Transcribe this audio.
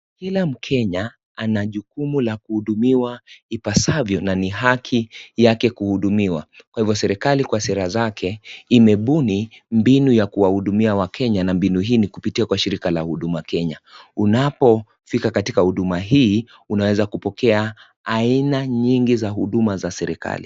Kila Mkenya ana jukumu la kuhudumiwa ipasavyo, na ni haki yake kuhudumiwa. Kwa hivyo serikali kwa sera zake imebuni mbinu ya kuhudumia wakenya na mbinu hii ni kupitia kwa shirika la Huduma Kenya. Unapofika katika huduma hii unaweza kupokea aina nyingi za huduma za serikali.